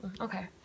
okay